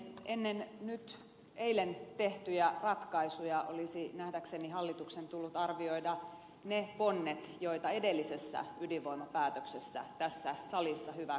ennen nyt eilen tehtyjä ratkaisuja nähdäkseni hallituksen olisi tullut arvioida ne ponnet joita edellisessä ydinvoimapäätöksessä tässä salissa hyväksyttiin